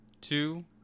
two